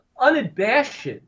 unabashed